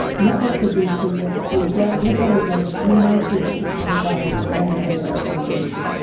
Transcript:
network with these people to see what, if anything, you might do to create value for them and their organization.